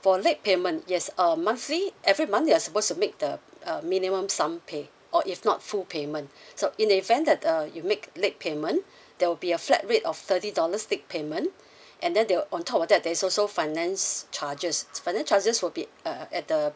for late payment yes um monthly every month you're supposed to make the uh minimum sum pay or if not full payment so in the event that uh you make late payment there will be a flat rate of thirty dollars late payment and then they will on top of that there's also finance charges finance charges will be uh at the